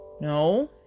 No